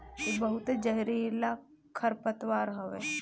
इ बहुते जहरीला खरपतवार हवे